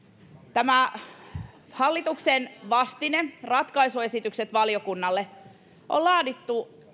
tämä hallituksen vastine ratkaisuesitykset valiokunnalle on laadittu